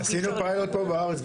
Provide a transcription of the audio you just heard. שאי אפשר - עשינו פיילוט פה בארץ,